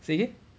say again